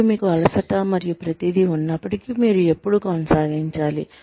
మరియు మీకు అలసట మరియు ప్రతిదీ ఉన్నప్పటికీ మీరు ఎప్పుడు కొనసాగించాలి